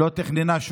היא תכננה רצח.